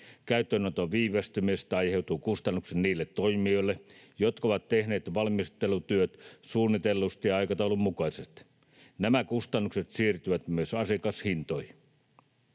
Käyttöönoton viivästymisestä aiheutuu kustannuksia niille toimijoille, jotka ovat tehneet valmistelutyöt suunnitellusti ja aikataulun mukaisesti. Nämä kustannukset siirtyvät myös asiakashintoihin.